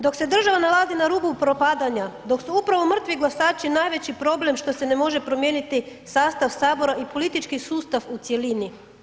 Dok se država nalazi na rubu propadanja, dok su upravo mrtvi glasači najveći problem što se ne može promijeniti sastav sabora i politički sustav u cjelini.